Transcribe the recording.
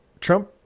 Trump